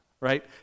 right